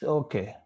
okay